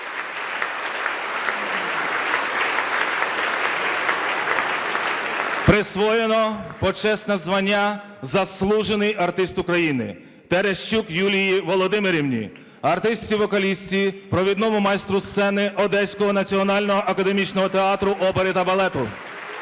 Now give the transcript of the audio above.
Присвоєно почесне звання "Заслужений артист України" Терещук Юлії Володимирівні, артистці-вокалістці, провідному майстру сцени Одеського національний академічний театру опери та балету.